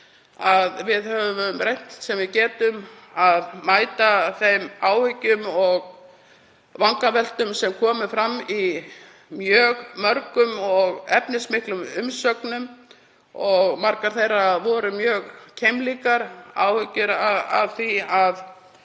Við höfum reynt sem við gátum að mæta þeim áhyggjum og vangaveltum sem komu fram í mjög mörgum og efnismiklum umsögnum og voru margar mjög keimlíkar. Þar kom fram að